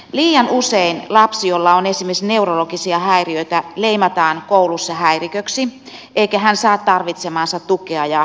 liian usein lapsi jolla on esimerkiksi neurologisia häiriöitä leimataan koulussa häiriköksi eikä hän saa tarvitsemaansa tukea ja kuntoutusta